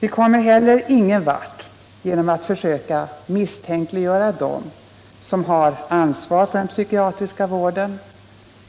Vi kommer heller ingen vart genom att försöka misstänkliggöra dem som har ansvar för den psykiatriska vården,